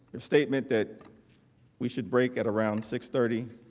your statement that we should break at around six thirty,